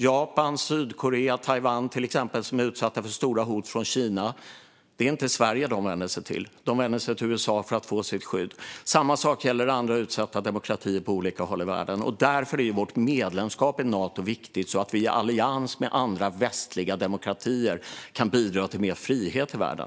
Japan, Sydkorea och Taiwan, till exempel, som är utsatta för stora hot från Kina, vänder sig inte till Sverige. De vänder sig till USA för att få sitt skydd. Samma sak gäller andra utsatta demokratier på olika håll i världen. Därför är vårt medlemskap i Nato viktigt så att vi i allians med andra västliga demokratier kan bidra till mer frihet i världen.